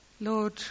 Lord